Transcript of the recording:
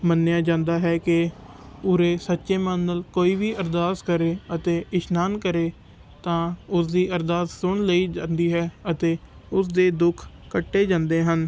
ਮੰਨਿਆ ਜਾਂਦਾ ਹੈ ਕਿ ਉਰੇ ਸੱਚੇ ਮਨ ਨਾਲ ਕੋਈ ਵੀ ਅਰਦਾਸ ਕਰੇ ਅਤੇ ਇਸ਼ਨਾਨ ਕਰੇ ਤਾਂ ਉਸਦੀ ਅਰਦਾਸ ਸੁਣ ਲਈ ਜਾਂਦੀ ਹੈ ਅਤੇ ਉਸਦੇ ਦੁੱਖ ਕੱਟੇ ਜਾਂਦੇ ਹਨ